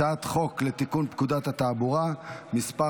הצעת חוק לתיקון פקודת התעבורה (מס'